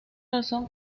razón